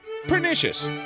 Pernicious